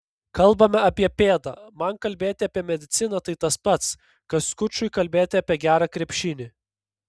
kalbame apie pėdą man kalbėti apie mediciną tai tas pats kas skučui kalbėti apie gerą krepšinį